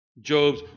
Job's